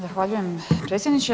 Zahvaljujem predsjedniče.